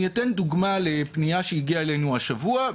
אני אתן דוגמה לפנייה שהגיעה אלינו השבוע: